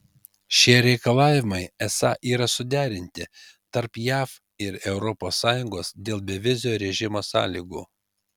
šie reikalavimai esą yra suderinti tarp jav ir europos sąjungos dėl bevizio režimo sąlygų